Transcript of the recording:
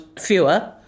fewer